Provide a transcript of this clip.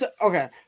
okay